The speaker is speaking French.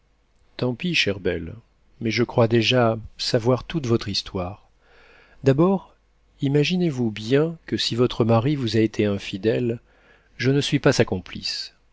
tant pis chère belle mais je crois déjà savoir toute votre histoire d'abord imaginez-vous bien que si votre mari vous a été infidèle je ne suis pas sa complice